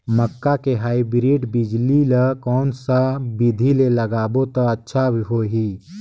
मक्का के हाईब्रिड बिजली ल कोन सा बिधी ले लगाबो त अच्छा होहि?